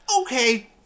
Okay